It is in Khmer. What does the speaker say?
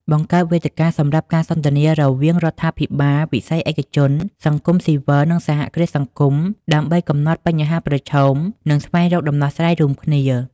បង្កើតវេទិកាសម្រាប់ការសន្ទនា រវាងរដ្ឋាភិបាល វិស័យឯកជន សង្គមស៊ីវិល និងសហគ្រាសសង្គម ដើម្បីកំណត់បញ្ហាប្រឈម និងស្វែងរកដំណោះស្រាយរួមគ្នា ។